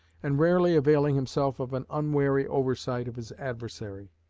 and rarely availing himself of an unwary oversight of his adversary.